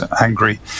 angry